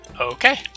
Okay